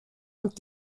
und